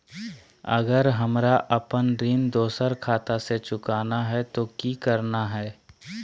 अगर हमरा अपन ऋण दोसर खाता से चुकाना है तो कि करना है?